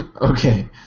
Okay